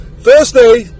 Thursday